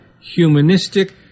humanistic